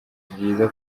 byiza